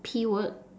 keyword